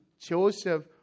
Joseph